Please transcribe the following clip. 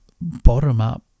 bottom-up